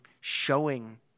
showing